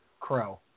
crow